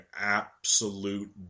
absolute